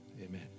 Amen